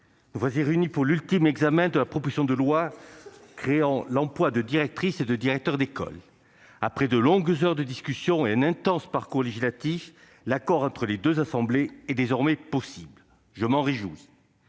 nous voici réunis pour l'ultime examen de la proposition de loi créant la fonction de directrice ou de directeur d'école. Après de longues heures de discussion et un intense parcours législatif, l'accord entre les deux assemblées est désormais possible. Je m'en réjouis.